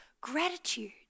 gratitude